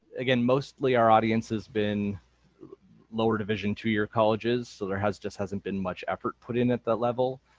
again mostly our audience has been lower division two-year colleges, so there has just hasn't been much effort put in at the level.